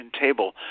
table